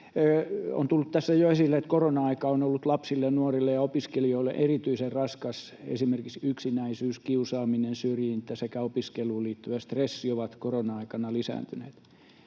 On tullut tässä jo esille, että korona-aika on ollut lapsille, nuorille ja opiskelijoille erityisen raskas. Esimerkiksi yksinäisyys, kiusaaminen, syrjintä sekä opiskeluun liittyvä stressi ovat korona-aikana lisääntyneet.